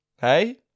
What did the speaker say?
hey